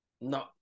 No